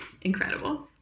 incredible